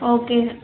okay